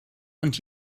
und